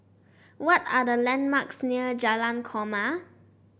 what are the landmarks near Jalan Korma